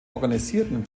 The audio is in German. organisierten